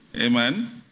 Amen